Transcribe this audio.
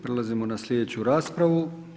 Prelazimo na sljedeću raspravu.